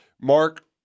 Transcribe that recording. Mark